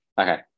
Okay